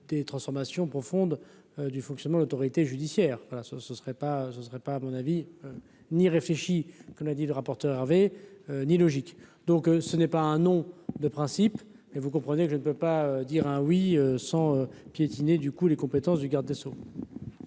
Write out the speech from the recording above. des transformations profondes du fonctionnement l'autorité judiciaire voilà ce ce serait pas, ça serait pas, à mon avis, n'y réfléchis qu'on a dit le rapporteur Hervé ni logique, donc ce n'est pas un non de principe mais vous comprenez que je ne peux pas dire hein oui sans piétiner, du coup, les compétences du garde des Sceaux.